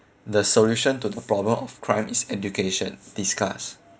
the solution to the problem of crime is education discuss